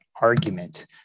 argument